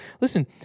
Listen